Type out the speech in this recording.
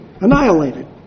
annihilated